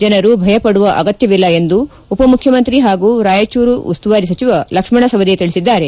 ಜನರು ಭಯ ಪಡುವ ಅಗತ್ವವಿಲ್ಲ ಎಂದು ಉಪಮುಖ್ಖಮಂತ್ರಿ ಹಾಗೂ ರಾಯಚೂರು ಉಸ್ತುವಾರಿ ಸಚಿವ ಲಕ್ಷಣ ಸವದಿ ತಿಳಿಸಿದ್ದಾರೆ